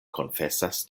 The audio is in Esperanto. konfesas